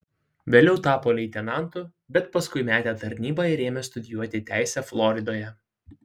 vėliau tapo leitenantu bet paskui metė tarnybą ir ėmė studijuoti teisę floridoje